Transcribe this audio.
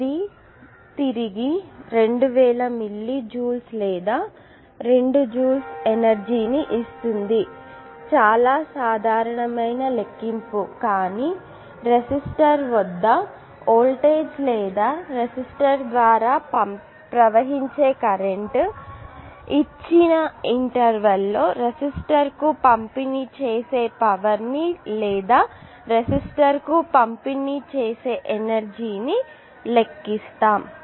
ఇది తిరిగి 2000 millijoules లేదా 2 జూల్స్ ఎనర్జీ ని ఇస్తుంది చాలా సాధారణమైన లెక్కింపు కానీ రెసిస్టర్ వద్ద వోల్టేజ్ లేదా రెసిస్టర్ ద్వారా ప్రవహించే కరెంట్ ఇచ్చిన ఇంటర్వెల్ లో రెసిస్టర్కు పంపిణి చేసే పవర్ ని లేదా రెసిస్టర్కు పంపిణీ చేసే ఎనర్జీ ని లెక్కిస్తాము